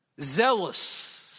zealous